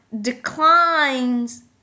declines